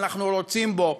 ואנחנו רוצים בו,